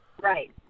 Right